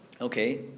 Okay